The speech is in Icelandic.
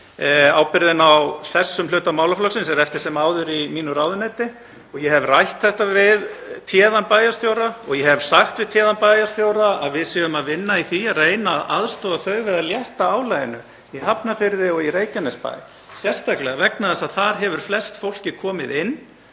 Ábyrgðin á þessum hluta málaflokksins er eftir sem áður í mínu ráðuneyti. Ég hef rætt þetta við téðan bæjarstjóra. Ég hef sagt við téðan bæjarstjóra að við séum að vinna í því að reyna að aðstoða þau við að létta álaginu í Hafnarfirði og í Reykjanesbæ, sérstaklega vegna þess að þar hefur flest fólkið komið inn.